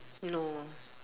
no